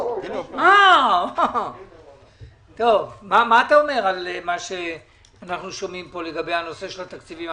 מה אתה אומר על מה שאנחנו שומעים פה לגבי נושא התקציבים?